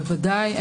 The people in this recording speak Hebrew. בוודאי.